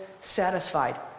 satisfied